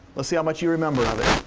let's see how much you remember of it.